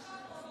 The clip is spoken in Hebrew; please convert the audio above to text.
עכשיו עוד